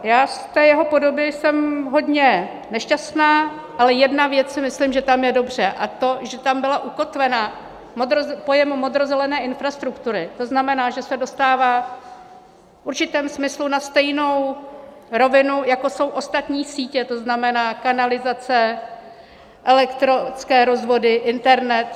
Z té jeho podoby jsem hodně nešťastná, ale jedna věc si myslím, že tam je dobře, a to, že tam byl ukotven pojem modrozelené infrastruktury, to znamená, že se dostává v určitém smyslu na stejnou rovinu jako jsou ostatní sítě, to znamená kanalizace, elektrické rozvody, internet.